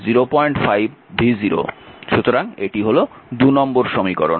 সুতরাং এটি হল নম্বর সমীকরণ